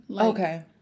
Okay